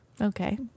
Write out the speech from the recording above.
Okay